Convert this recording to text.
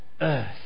earth